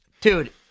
Dude